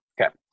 Okay